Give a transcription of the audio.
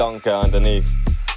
underneath